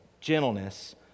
gentleness